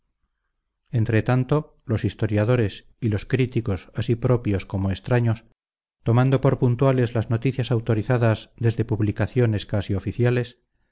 entre tanto los historiadores y los críticos así propios como extraños tomando por puntuales las noticias autorizadas desde publicaciones casi oficiales